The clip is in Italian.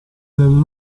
delle